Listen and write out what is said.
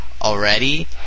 already